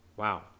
Wow